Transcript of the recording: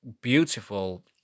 beautiful